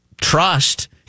trust